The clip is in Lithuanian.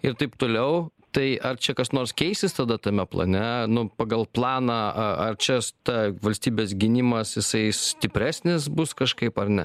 ir taip toliau tai ar čia kas nors keisis tada tame plane nu pagal planą a ar čia ta valstybės gynimas jisai stipresnis bus kažkaip ar ne